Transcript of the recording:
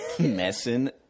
Messing